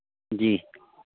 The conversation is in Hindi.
जी